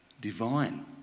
divine